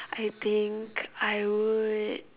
I think I would